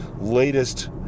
latest